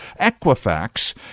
Equifax